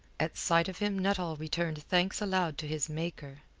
at sight of him nuttall returned thanks aloud to his maker.